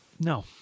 No